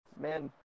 Man